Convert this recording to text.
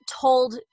told